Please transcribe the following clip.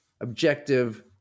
objective